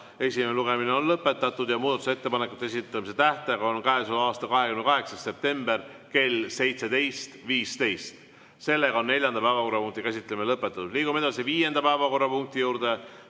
Esimene lugemine on lõpetatud ja muudatusettepanekute esitamise tähtaeg on käesoleva aasta 28. september kell 17.15. Neljanda päevakorrapunkti käsitlemine on lõpetatud. Liigume viienda päevakorrapunkti juurde: